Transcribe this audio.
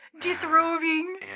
disrobing